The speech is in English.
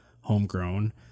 Homegrown